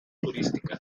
turística